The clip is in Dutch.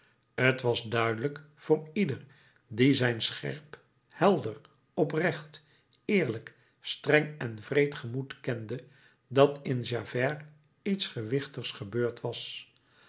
t was duidelijk voor ieder die zijn scherp helder oprecht eerlijk streng en wreed gemoed kende dat in javert iets gewichtigs gebeurd was